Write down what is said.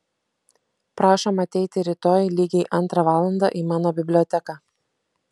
prašom ateiti rytoj lygiai antrą valandą į mano biblioteką